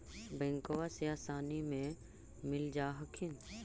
बैंकबा से आसानी मे मिल जा हखिन?